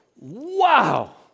wow